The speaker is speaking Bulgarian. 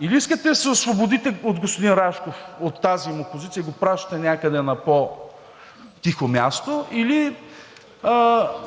или искате да се освободите от господин Рашков от тази му позиция и го пращате някъде на по-тихо място, или